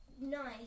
nice